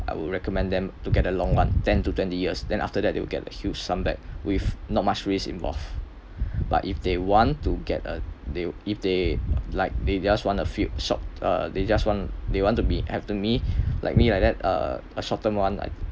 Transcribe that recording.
I would recommend them to get a long [one] ten to twenty years then after that they will get a huge sum back with not much risk involved but if they want to get a they if they like they just want a few short uh they just want they want to be have to me like me like that uh a short term [one] like